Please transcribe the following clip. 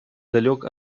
далек